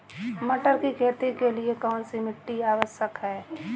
मटर की खेती के लिए कौन सी मिट्टी आवश्यक है?